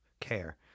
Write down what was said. care